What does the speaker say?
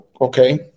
okay